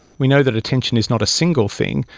we know that attention is not a single thing,